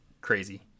crazy